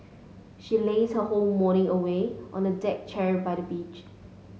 she lazed her whole morning away on the deck chair by the beach